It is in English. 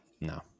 no